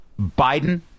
Biden